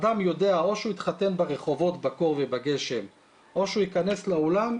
אדם יודע או שהוא יתחתן ברחובות בקור ובגשם או שהוא ייכנס לאולם.